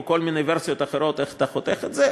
או כל מיני ורסיות אחרות לגבי איך אתה חותך את זה,